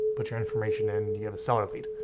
put your information in, you get a seller lead,